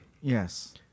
Yes